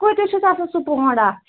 کۭتس چھِ آسان سُہ پونڑ اکھ